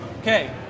Okay